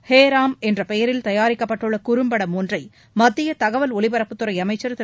ஹேராம் என்ற பெயரில் தயாரிக்கப்பட்டுள்ள குறும்படம் ஒன்றை மத்திய தகவல் ஒலிபரப்புத் துறை அமைச்சர் திரு